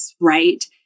right